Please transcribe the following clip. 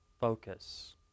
focus